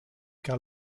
car